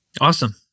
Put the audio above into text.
Awesome